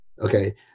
Okay